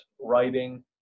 writing